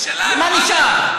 מה נשאר?